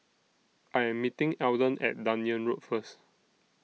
I Am meeting Alden At Dunearn Road First